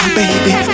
baby